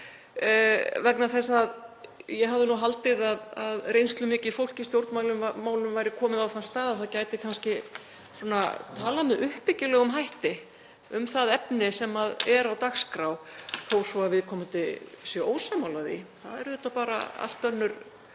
vegna þess að ég hefði haldið að reynslumikið fólk í stjórnmálum væri komið á þann stað að það gæti kannski talað með uppbyggilegum hætti um það efni sem er á dagskrá þó svo að viðkomandi sé ósammála því. Það er auðvitað bara allt önnur